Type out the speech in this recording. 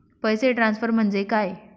पैसे ट्रान्सफर म्हणजे काय?